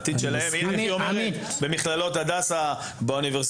העתיד שלהם הוא במכללות כמו מכללת הדסה ובאוניברסיטאות,